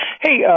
hey